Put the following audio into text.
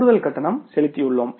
கூடுதல் கட்டணம் செலுத்தியுள்ளோம்